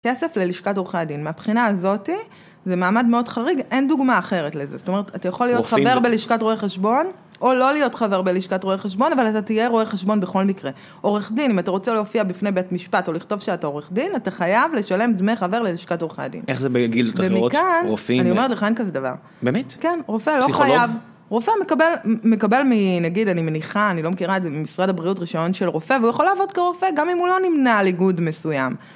כסף ללשכת עורכי הדין, מבחינה הזאת זה מעמד מאוד חריג, אין דוגמא אחרת לזה. זאת אומרת... אתה יכול להיות חבר בלשכת רואי חשבון או לא להיות חבר בלשכת רואי חשבון, אבל אתה תהיה רואה חשבון בכל מקרה. עורך דין, אם אתה רוצה להופיע בפני בית המשפט או לכתוב שאתה עורך דין, אתה חייב לשלם דמי חבר ללשכת עורכי הדין. איך זה בגילדות אחרות? רופאים... ומכאן... אני אומרת לך, אין כזה דבר. באמת? כן, רופא לא חייב... פסיכולוג? רופא מקבל, נגיד אני מניחה, אני לא מכירה את זה, ממשרד הבריאות רישיון של רופא, והוא יכול לעבוד כרופא גם אם הוא לא נמנה על איגוד מסוים.